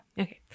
Okay